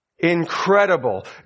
Incredible